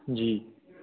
जी